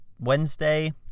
Wednesday